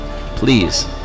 Please